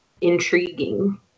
intriguing